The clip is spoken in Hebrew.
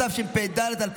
התשפ"ד 2024,